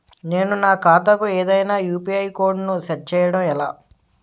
నేను నా ఖాతా కు ఏదైనా యు.పి.ఐ కోడ్ ను సెట్ చేయడం ఎలా?